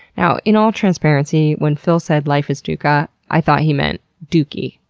now, in all transparency, when phil said life is dukkha, i thought he meant dookie,